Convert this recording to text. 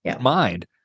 mind